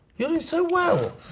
you're doing so well.